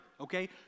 Okay